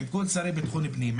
עם כל שרי ביטחון פנים,